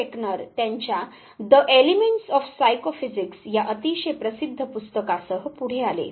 Fechner त्यांच्या the elements of psychophysics या अतिशय प्रसिद्ध पुस्तकासह पुढे आले